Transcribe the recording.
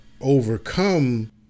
overcome